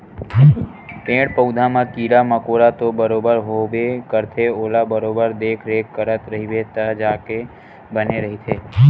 पेड़ पउधा म कीरा मकोरा तो बरोबर होबे करथे ओला बरोबर देखरेख करत रहिबे तब जाके बने रहिथे